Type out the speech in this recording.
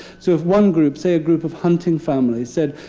so if one group say, a group of hunting families said,